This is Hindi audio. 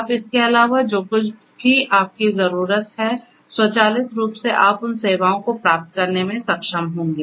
आप इसके अलावा जो कुछ भी आप की जरूरत है स्वचालित रूप से आप उन सेवाओं को प्राप्त करने में सक्षम होंगे